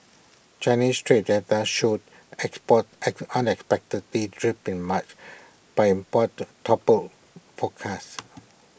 Chinese trade data showed exports act unexpectedly dripped in March but imports topple forecasts